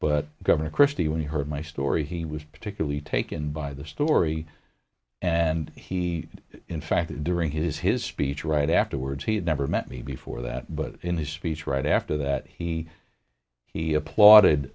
but governor christie when he heard my story he was particularly taken by the story and he in fact during his his speech right afterwards he had never met me before that but in his speech right after that he he applauded